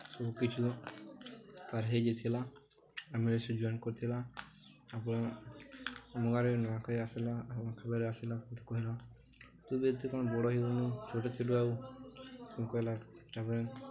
ସବୁ କିଛି ତା'ର ହେଇଯାଇଥିଲା ଆର୍ମିରେ ସେ ଜଏନ୍ କରିଥିଲା ଆପଣ ଆମ ଗାଁରେ ନୂଆଖାଇ ଆସିଲା ଆସିଲା ତୁ କହିଲୁ ତୁ ବି ଏତେ କ'ଣ ବଡ଼ ହେଇଗଲୁଣି ଛୋଟ ଥିଲୁ ଆଉ ତ କହିଲା ତା'ପରେ